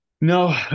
No